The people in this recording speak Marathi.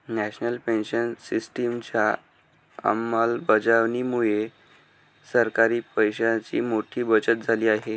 नॅशनल पेन्शन सिस्टिमच्या अंमलबजावणीमुळे सरकारी पैशांची मोठी बचत झाली आहे